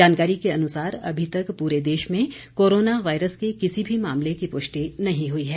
जानकारी के अनुसार अभी तक पूरे देश में कोरोना वारयस के किसी भी मामले की पुष्टि नहीं हुई है